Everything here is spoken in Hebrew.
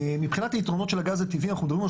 מבחינת היתרונות של הגז הטבעי אנחנו מדברים על